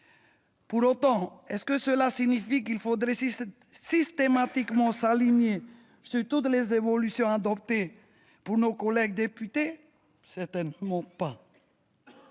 Pour autant, cela signifie-t-il qu'il faudrait systématiquement s'aligner sur toutes les évolutions adoptées pour nos collègues députés ? Certainement pas